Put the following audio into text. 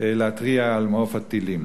כדי להתריע על מעוף הטילים,